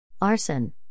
arson